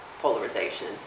polarization